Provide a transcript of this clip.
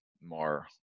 more